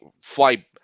fly